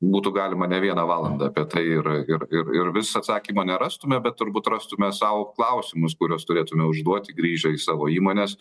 būtų galima ne vieną valandą apie tai ir ir ir vis atsakymo nerastume bet turbūt rastume sau klausimus kuriuos turėtume užduoti grįžę į savo įmones